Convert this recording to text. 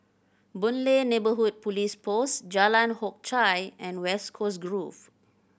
Boon Lay Neighbourhood Police Post Jalan Hock Chye and West Coast Grove